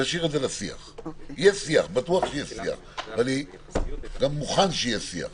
אני מוכן שיהיה שיח